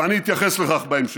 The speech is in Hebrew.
ואני אתייחס לזה בהמשך.